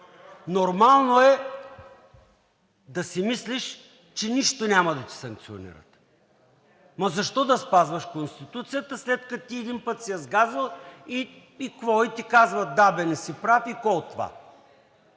нормално е да си мислиш, че нищо няма да ти санкционират. Ма защо да спазваш Конституцията, след като ти един път си я сгазил, и какво? Казват ти: да, бе, не си прав. И какво от това,